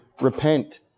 repent